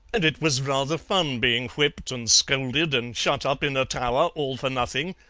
and it was rather fun being whipped and scolded and shut up in a tower all for nothing.